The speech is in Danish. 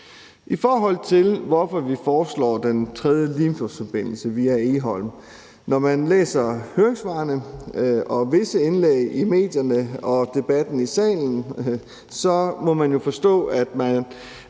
I forhold til hvorfor vi foreslår Den 3. Limfjordsforbindelse via Egholm, vil jeg sige: Når man læser høringssvarene og visse indlæg i medierne og debatten i salen, må man jo forstå, at vi